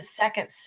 second